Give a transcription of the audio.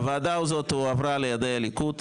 הוועדה הזאת הועברה לידי הליכוד.